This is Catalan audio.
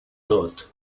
tot